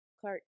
Clark